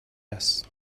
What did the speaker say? هست